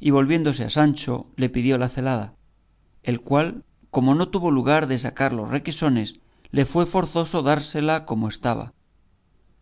y volviéndose a sancho le pidió la celada el cual como no tuvo lugar de sacar los requesones le fue forzoso dársela como estaba